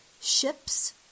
ships